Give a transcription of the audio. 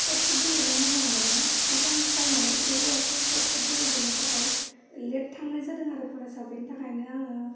सतफुट गेलेनो मोजां मोनो खिन्थु आं टाइमआनो थोहैयासै सतफुट गेलेहैनो थाखाय लेट थांनाय जादोंआरो कलेजाव बिनि थाखायनो आङो